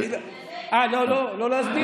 לא להסביר?